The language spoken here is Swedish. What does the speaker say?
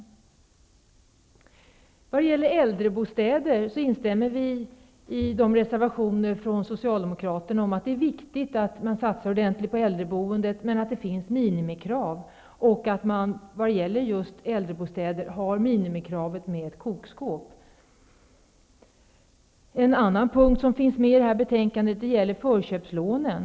När det gäller äldrebostäder instämmer vi i de reservationer som Socialdemokraterna avgivit om att det är viktigt att man satsar ordentligt på äldreoboendet, att det finns minimikrav och att man när det gäller just äldrebostäder har minimikravet ''med kokskåp''. En annan punkt som finns med i betänkandet gäller förköpslånen.